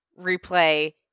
replay